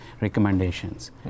recommendations